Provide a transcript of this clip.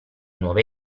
nuove